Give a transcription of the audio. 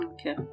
Okay